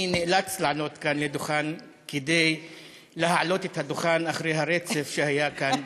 אני נאלץ לעלות כאן לדוכן כדי להעלות את הדוכן אחרי הרצף שהיה כאן.